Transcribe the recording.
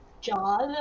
job